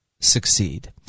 Succeed